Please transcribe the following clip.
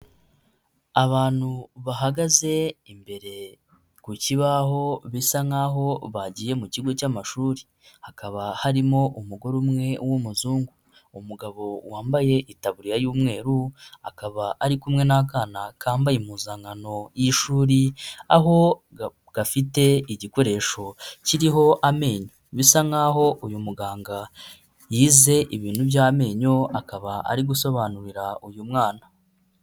Abantu bahagaze imbere ku kibaho, bisa nk'aho bagiye mu kigo cy'amashuri. Hakaba harimo umugore umwe w'umuzungu. Umugabo wambaye itaburiya y'umweru akaba ari kumwe n'akana kambaye impuzankano y'ishuri, aho gafite igikoresho kiriho amenyo. Bisa nk'aho uyu muganga yize ibintu by'amenyo, akaba ari gusobanurira uyu mwana.